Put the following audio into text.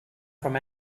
from